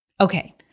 Okay